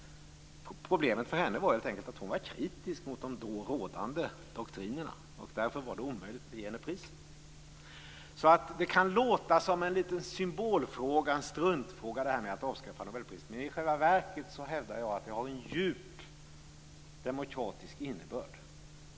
Problemet för henne var helt enkelt att hon var kritisk mot de då rådande doktrinerna, och därför var det omöjligt att ge henne priset. Det kan låta som en liten symbolfråga, en struntfråga, att avskaffa nobelpriset i ekonomi, men i själva verket hävdar jag att det har en djup, demokratisk innebörd.